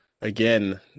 again